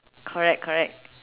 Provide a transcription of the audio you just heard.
correct correct